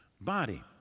body